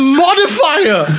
modifier